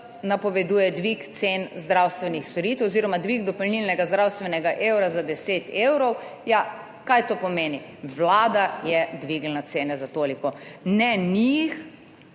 napoveduje dvig cen zdravstvenih storitev oziroma dvig dopolnilnega zdravstvenega evra za 10 evrov, ja, kaj to pomeni, Vlada je dvignila cene za toliko, ne njih